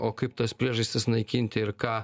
o kaip tas priežastis naikinti ir ką